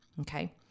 Okay